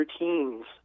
routines